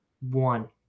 One